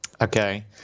Okay